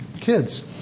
kids